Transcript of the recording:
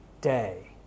day